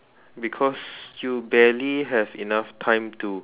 because you barely have enough time to